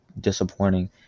disappointing